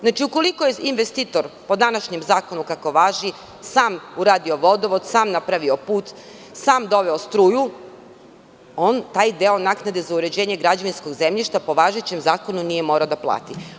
Znači, ukoliko je investitor, po današnjem zakonu kako važi, sam uradio vodovod, sam napravio put, sam doveo struju, on taj deo naknade za uređenje građevinskog zemljišta po važećem zakonu nije morao da plati.